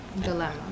Dilemma